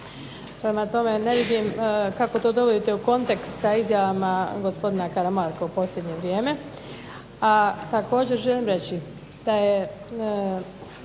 prema tome ne vidim kako to dovodite u kontekst sa izjavama gospodina Karamarka u posljednje vrijeme. A također želim reći da je